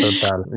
total